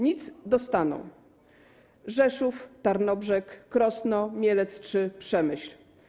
Nic dostaną: Rzeszów, Tarnobrzeg, Krosno, Mielec czy Przemyśl.